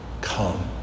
Come